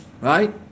Right